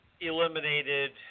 eliminated